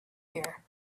here